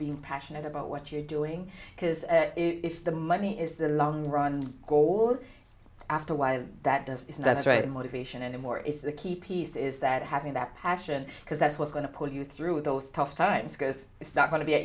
being passionate about what you're doing because if the money is the long run goal after a while that does that's right motivation anymore is the key piece is that having passion because that's what's going to pull you through those tough times because it's not going to be a